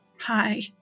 Hi